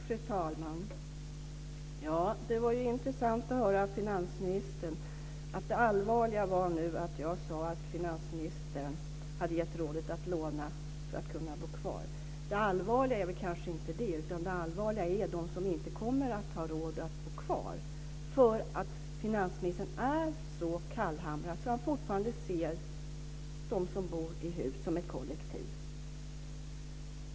Fru talman! Det var intressant att höra finansministern säga att det allvarliga nu var att jag sagt att finansministern hade gett människor rådet att låna för att kunna bo kvar. Det är kanske inte det allvarliga, utan det är de människor som inte kommer att ha råd att bo kvar. Finansministern är så kallhamrad att han fortfarande ser dem som bor i hus som ett kollektiv.